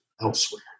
elsewhere